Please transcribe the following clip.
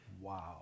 Wow